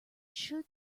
should